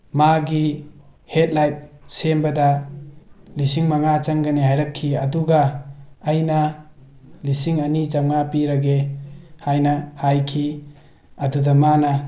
ꯃꯥꯒꯤ headlight ꯁꯦꯝꯕꯗ ꯂꯤꯁꯤꯡ ꯃꯉꯥ ꯆꯪꯒꯅꯤ ꯍꯥꯏꯔꯛꯈꯤ ꯑꯗꯨꯒ ꯑꯩꯅ ꯂꯤꯁꯤꯡ ꯑꯅꯤ ꯆꯥꯝꯃꯉꯥ ꯄꯤꯔꯒꯦ ꯍꯥꯏꯅ ꯍꯥꯏꯈꯤ ꯑꯗꯨꯗ ꯃꯥꯅ